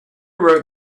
wrote